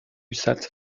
ussat